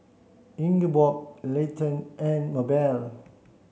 Ingeborg Leighton and Mabelle